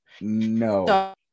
no